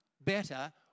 better